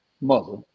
mother